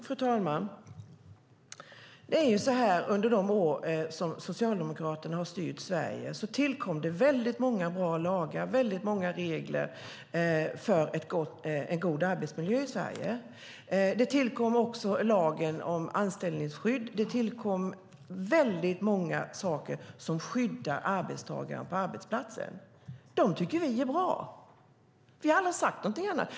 Fru talman! Under de år som Socialdemokraterna styrde Sverige tillkom det väldigt många bra lagar och regler för en god arbetsmiljö. Även lagen om anställningsskydd tillkom liksom väldigt många andra saker som skyddar arbetstagarna på arbetsplatsen. Det tycker vi är bra. Vi har aldrig sagt någonting annat.